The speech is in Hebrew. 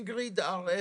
אינגריד הר אבן,